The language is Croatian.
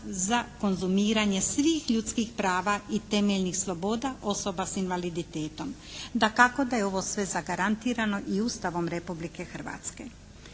za konzumiranje svih ljudskih prava i temeljnih sloboda osoba sa invaliditetom. Dakako da je ovo sve zagarantirano i Ustavom Republike Hrvatske.